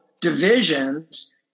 divisions